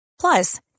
Plus